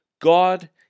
God